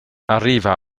arriva